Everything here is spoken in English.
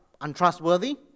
untrustworthy